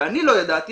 שאני לא ידעתי,